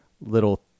little